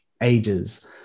ages